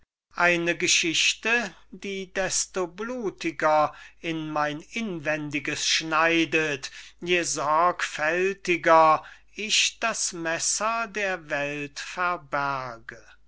gemacht eine geschichte die desto blutiger in mein inwendiges schneidet je sorgfältiger ich das messer der welt verberge